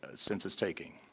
ah census taking.